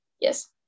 Yes